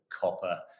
copper